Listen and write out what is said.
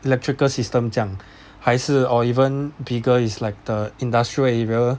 electrical system 这样还是 or even bigger is like the industrial area